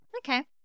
Okay